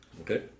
Okay